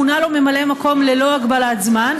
מונה לו ממלא מקום ללא הגבלת זמן,